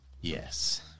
Yes